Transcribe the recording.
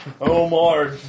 Omar